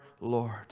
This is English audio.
Lord